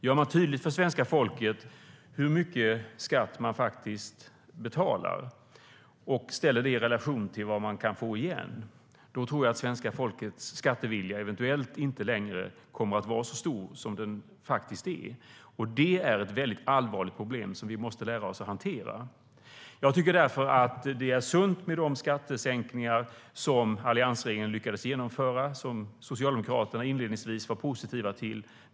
Gör man tydligt för svenska folket hur mycket skatt de faktiskt betalar och ställer det i relation till vad de kan få igen tror jag att svenska folkets skattevilja eventuellt inte längre kommer att vara så stor som den är. Det är ett väldigt allvarligt problem som vi måste lära oss att hantera. Det är sunt med de skattesänkningar som alliansregeringen lyckades genomföra och som Socialdemokraterna inledningsvis var positiva till.